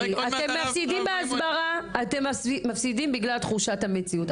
אתם מפסידים בהסברה בגלל תחושת המציאות.